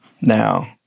Now